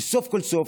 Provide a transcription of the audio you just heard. וסוף כל סוף,